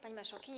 Pani Marszałkini!